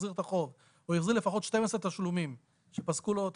מחזיר את החוב או החזיר לפחות 12 תשלומים שפסקו לו.